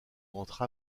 entre